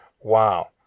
wow